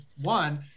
one